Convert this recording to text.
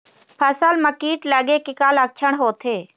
फसल म कीट लगे के का लक्षण होथे?